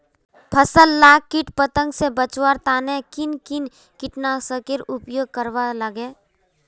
फसल लाक किट पतंग से बचवार तने किन किन कीटनाशकेर उपयोग करवार लगे?